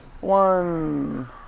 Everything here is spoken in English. one